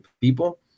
people